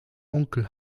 onkel